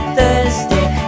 Thursday